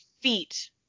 feet